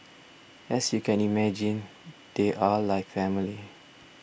as you can imagine they are like family